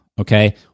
Okay